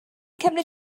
cymryd